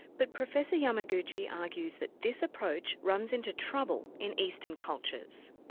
but professor yamaguchi argues that this approach runs into trouble in eastern cultures.